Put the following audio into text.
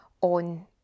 on